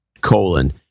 colon